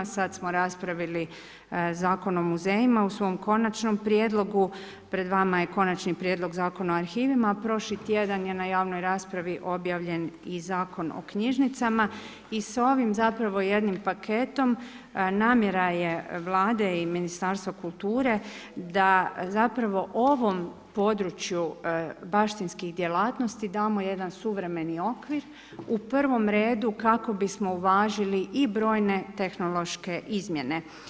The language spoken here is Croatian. Sad smo raspravili Zakon o muzejima u svom konačnom prijedlogu, pred vama je Konačni prijedlog Zakona o arhivima, a prošli tjedan je na javnoj raspravi objavljen i Zakon o knjižnicama i s ovim zapravo jednim paketom namjera je Vlade i Ministarstva kulture da zapravo ovom području baštinskih djelatnosti damo jedan suvremeni okvir u prvom redu kako bismo uvažili i brojne tehnološke izmjene.